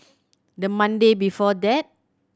the Monday before that